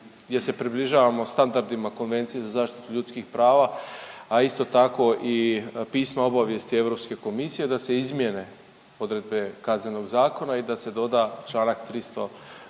gdje se približavamo standardima Konvencije za zaštitu ljudskih prava, a isto tako i pisma obavijesti Europske komisije da se izmijene odredbe Kaznenog zakona i da se doda čl. 307.a,